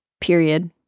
period